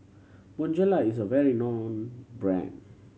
Bonjela is a well known brand